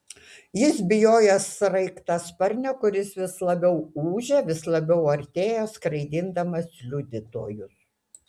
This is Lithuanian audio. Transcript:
jis bijojo sraigtasparnio kuris vis labiau ūžė vis labiau artėjo skraidindamas liudytojus